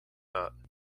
not